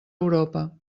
europa